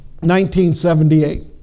1978